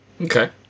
Okay